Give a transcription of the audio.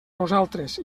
nosaltres